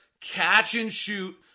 catch-and-shoot